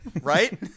Right